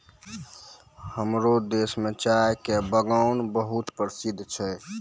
हमरो देश मॅ चाय के बागान बहुत प्रसिद्ध छै